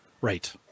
right